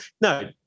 no